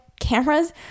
Cameras